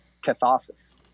catharsis